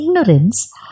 ignorance